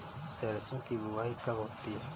सरसों की बुआई कब होती है?